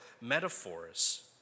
metaphors